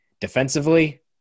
defensively